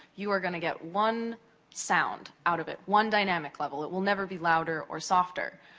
you are gonna get one sound out of it, one dynamic level. it will never be louder or softer.